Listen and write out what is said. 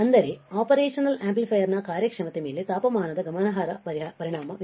ಅಂದರೆ operational amplifier ನ ಕಾರ್ಯಕ್ಷಮತೆಯ ಮೇಲೆ ತಾಪಮಾನದ ಗಮನಾರ್ಹ ಪರಿಣಾಮವಿದೆ